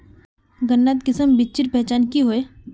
गन्नात किसम बिच्चिर पहचान की होय?